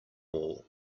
wall